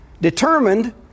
determined